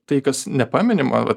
tai kas nepaminima va